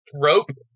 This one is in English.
rope